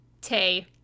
Tay